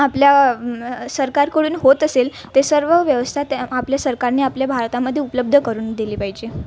आपल्या सरकारकडून होत असेल ते सर्व व्यवस्था त्या आपल्या सरकारने आपल्या भारतामध्ये उपलब्ध करून दिली पाहिजे